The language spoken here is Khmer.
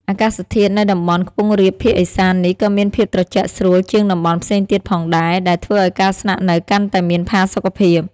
អាកាសធាតុនៅតំបន់ខ្ពង់រាបភាគឦសាននេះក៏មានភាពត្រជាក់ស្រួលជាងតំបន់ផ្សេងទៀតផងដែរ ដែលធ្វើឲ្យការស្នាក់នៅកាន់តែមានផាសុកភាព។